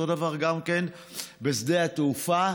אותו דבר גם בשדה התעופה,